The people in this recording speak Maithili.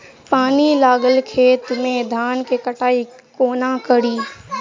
पानि लागल खेत मे धान केँ कटाई कोना कड़ी?